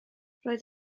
roedd